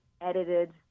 edited